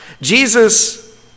Jesus